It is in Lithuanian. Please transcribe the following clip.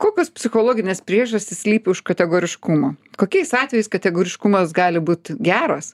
kokios psichologinės priežastys slypi už kategoriškumo kokiais atvejais kategoriškumas gali būti geras